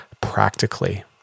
practically